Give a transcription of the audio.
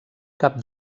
cap